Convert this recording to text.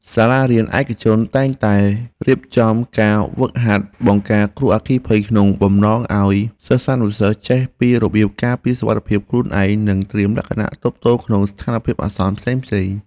សាលារៀនឯកជនតែងរៀបចំការហ្វឹកហាត់បង្ការគ្រោះអគ្គិភ័យក្នុងបំណងឱ្យសិស្សានុសិស្សចេះពីរបៀបការពារសុវត្ថិភាពខ្លួនឯង និង ត្រៀមលក្ខណៈទប់ទល់ក្នុងស្ថានភាពអាសន្នផ្សេងៗ។